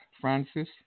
Francis